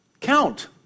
Count